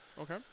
Okay